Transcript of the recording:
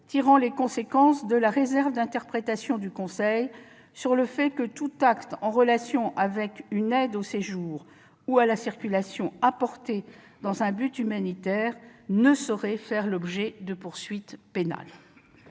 tire les conséquences de la réserve d'interprétation du Conseil constitutionnel sur le fait que tout acte en relation avec une aide au séjour ou à la circulation, apportée dans un but humanitaire, ne saurait faire l'objet de poursuites pénales.